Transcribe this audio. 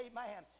Amen